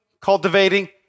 cultivating